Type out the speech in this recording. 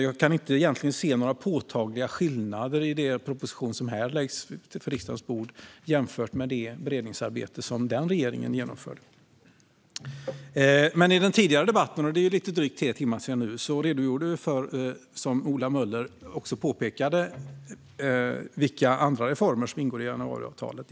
Jag kan egentligen inte se några påtagliga skillnader i den proposition som här läggs på riksdagens bord och det beredningsarbete som den regeringen genomförde. I den tidigare debatten för lite drygt tre timmar sedan redogjorde vi för, som Ola Möller också påpekade, vilka andra reformer som ingår januariavtalet.